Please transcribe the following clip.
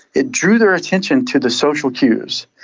it drew their attention to the social cues.